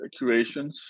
curations